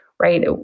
right